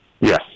Yes